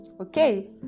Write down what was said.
Okay